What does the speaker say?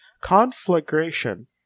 Conflagration